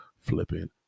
flipping